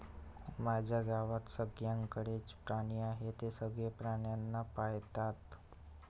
माझ्या गावात सगळ्यांकडे च प्राणी आहे, ते सगळे प्राण्यांना पाळतात